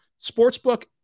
sportsbook